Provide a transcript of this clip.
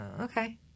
okay